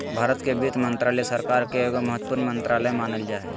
भारत के वित्त मन्त्रालय, सरकार के एगो महत्वपूर्ण मन्त्रालय मानल जा हय